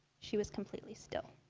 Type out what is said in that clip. she was completely still.